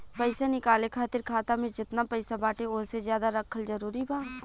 पईसा निकाले खातिर खाता मे जेतना पईसा बाटे ओसे ज्यादा रखल जरूरी बा?